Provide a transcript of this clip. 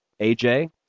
AJ